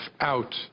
out